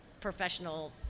professional